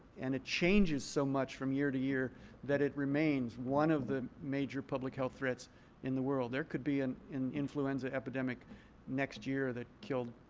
and it changes so much from year to year that it remains one of the major public health threats in the world. there could be an influenza epidemic next year that killed